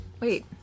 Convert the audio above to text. Wait